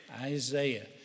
Isaiah